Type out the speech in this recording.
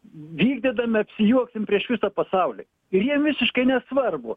vykdydami apsijuoksim prieš visą pasaulį ir jiem visiškai nesvarbu